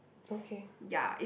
okay